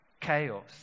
Chaos